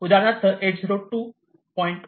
उदाहरणार्थ 802